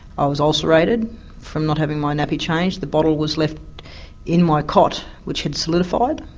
i was ulcerated from not having my nappy changed, the bottle was left in my cot which had solidified,